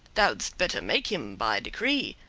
thou'dst better make him, by decree,